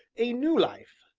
a new life,